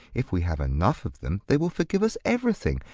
if we have enough of them, they will forgive us everything,